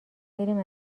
بریم